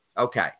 Okay